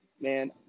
Man